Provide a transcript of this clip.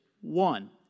one